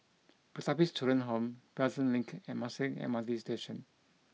Pertapis Children Home Pelton Link and Marsiling M R T Station